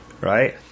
right